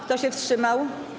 Kto się wstrzymał?